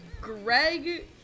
Greg